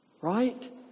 right